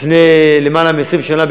לפני יותר מ-20 שנה,